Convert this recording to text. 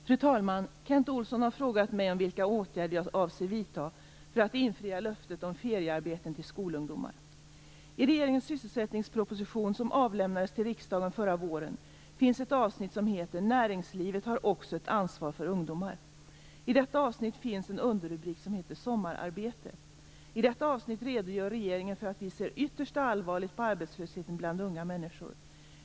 Fru talman! Kent Olsson har frågat mig om vilka åtgärder jag avser vidta för att infria löftet om feriearbeten till skolungdomar. I regeringens sysselsättningspropostion som avlämnades till riksdagen förra våren finns ett avsnitt som heter Näringslivet har också ett ansvar för ungdomar. I detta avsnitt finns en underrubrik som heter Sommararbete. I detta avsnitt redogör regeringen för att vi ser ytterst allvarligt på arbetslösheten bland unga människor.